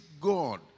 God